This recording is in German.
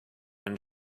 eine